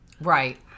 Right